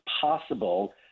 possible